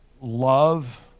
love